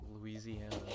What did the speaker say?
Louisiana